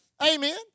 Amen